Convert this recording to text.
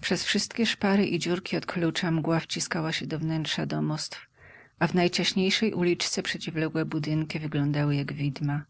przez wszystkie szpary i dziurki od klucza mgła wciskała się do wnętrza domostw a w najciaśniejszej uliczce przeciwległe budynki wyglądały jak widma